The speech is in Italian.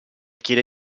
chiede